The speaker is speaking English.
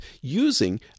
using